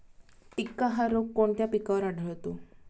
टिक्का हा रोग कोणत्या पिकावर आढळतो?